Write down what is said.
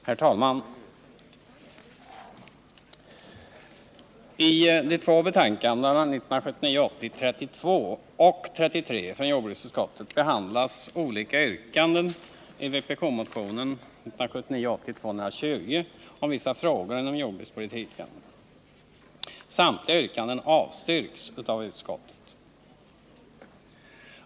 Herr talman! I de två betänkandena 1979 80:220 om vissa frågor inom jordbrukspolitiken. Samtliga yrkanden avstyrks av utskottet.